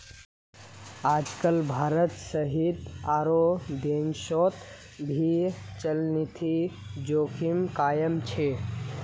आजकल भारत सहित आरो देशोंत भी चलनिधि जोखिम कायम छे